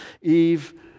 Eve